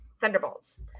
Thunderbolts